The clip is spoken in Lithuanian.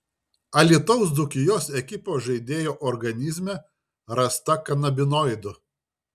alytaus dzūkijos ekipos žaidėjo organizme rasta kanabinoidų